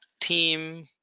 team